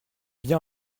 bien